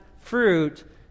fruit